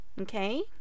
okay